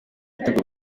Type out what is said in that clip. ibitego